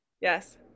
Yes